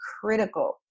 critical